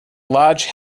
large